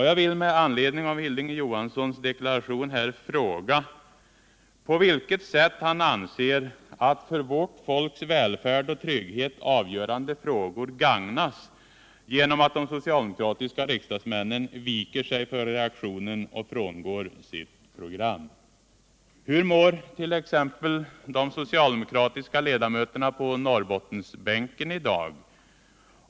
Jag vill fråga Hilding Johansson på vilket sätt han anser att ”för vårt folks välfärd och trygghet avgörande frågor” gagnas genom att de socialdemokratiska riksdagsmännen viker sig för reaktionen och frångår sitt program. Hur mårt.ex. de socialdemokratiska ledamöterna på Norrbottensbänken i dag?